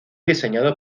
diseñado